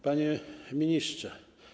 Panie Ministrze!